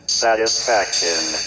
satisfaction